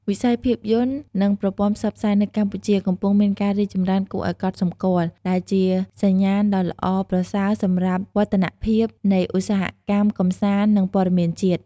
វិស័យភាពយន្ត និងប្រព័ន្ធផ្សព្វផ្សាយនៅកម្ពុជា កំពុងមានការរីកចម្រើនគួរឱ្យកត់សម្គាល់ ដែលជាសញ្ញាណដ៏ល្អប្រសើរសម្រាប់វឌ្ឍនភាពនៃឧស្សាហកម្មកម្សាន្ត និងព័ត៌មានជាតិ។